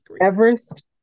Everest